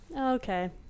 Okay